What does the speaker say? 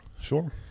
sure